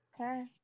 okay